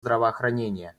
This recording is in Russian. здравоохранения